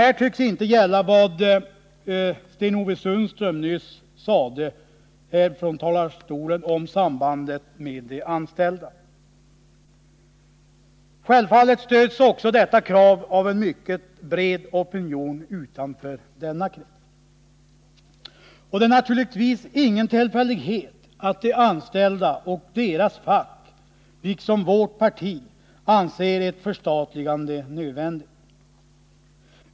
Här tycks inte gälla vad Sten-Ove Sundström nyss sade i talarstolen om sambandet med de anställda. Självfallet stöds också detta krav av en mycket bred opinion utanför denna krets. Det är naturligtvis ingen tillfällighet att de anställda och deras fack, liksom vårt parti, anser ett förstatligande nödvändigt.